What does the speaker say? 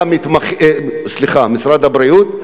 סליחה, משרד הבריאות,